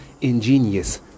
ingenious